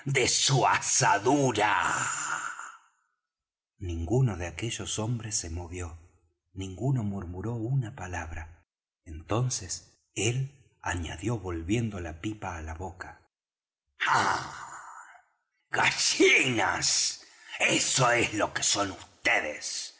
de su asadura ninguno de aquellos hombres se movió ninguno murmuró una palabra entonces él añadió volviendo la pipa á la boca ah gallinas eso es lo que son